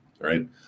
right